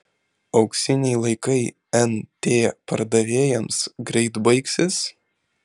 auksiniai laikai nt pardavėjams greit baigsis